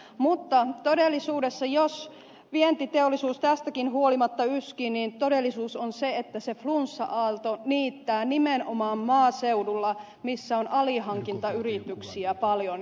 mutta jos vientiteollisuus tästäkin huolimatta yskii niin todellisuus on se että se flunssa aalto niittää nimenomaan maaseudulla missä on alihankintayrityksiä paljon